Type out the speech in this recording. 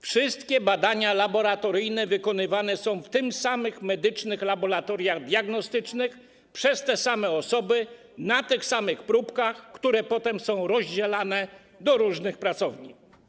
Wszystkie badania laboratoryjne wykonywane są w tych samych medycznych laboratoriach diagnostycznych przez te same osoby, na tych samych próbkach, które potem są rozdzielane do różnych pracowni.